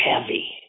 heavy